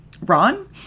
ron